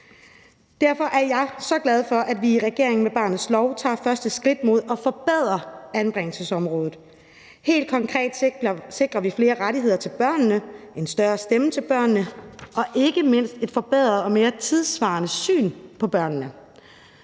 Derfor er jeg så glad for, at vi i regeringen med barnets lov tager første skridt mod at forbedre anbringelsesområdet. Helt konkret sikrer vi flere rettigheder til børnene, en større stemme til børnene og ikke mindst et forbedret og mere tidssvarende syn på børnene.